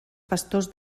pastors